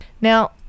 Now